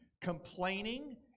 complaining